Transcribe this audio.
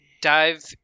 dive